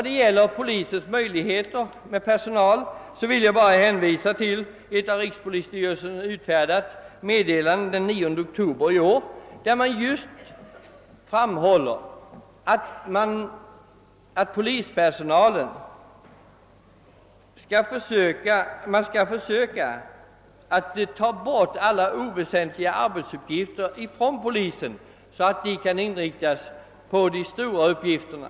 Beträffande polisens personalmöjligheter vill jag bara hänvisa till ett av rikspolisstyrelsen utfärdat meddelande av den 9 oktober i år, i vilket det just framhålles, att man bör försöka avlasta polisen alla oväsentliga arbetsuppgifter, så att den kan inrikta sig på de stora uppgifterna.